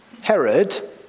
Herod